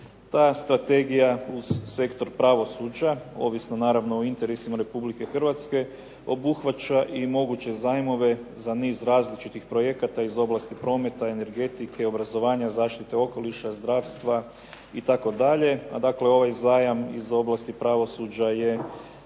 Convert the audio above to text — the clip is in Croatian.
Ta strategija uz sektor pravosuđa, ovisno naravno o interesima Republike Hrvatske, obuhvaća i moguće zajmove za niz različitih projekata iz oblasti prometa, energetike, obrazovanja, zaštite okoliša, zdravstva itd. Dakle, ovaj zajam iz oblasti pravosuđa je